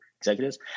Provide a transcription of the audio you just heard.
executives